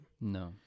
no